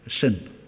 Sin